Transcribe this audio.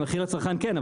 מחיר לצרכן כן,